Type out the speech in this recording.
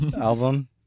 album